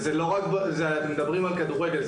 מדברים על כדורגל,